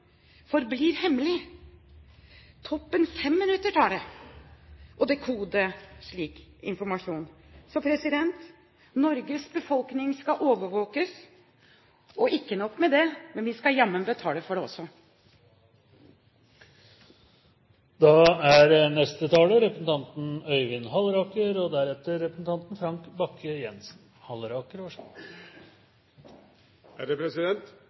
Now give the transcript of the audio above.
forblir hemmelig. Toppen fem minutter tar det å dekode slik informasjon. Norges befolkning skal overvåkes, men ikke nok med det – vi skal jammen betale for det også! Jeg må nok si at etter en lang debatt hvor det ikke lenger kommer fram så